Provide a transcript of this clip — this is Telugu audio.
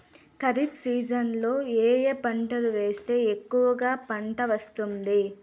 ఖరీఫ్ సీజన్లలో ఏ ఏ పంటలు వేస్తే ఎక్కువగా పంట వస్తుంది?